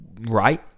right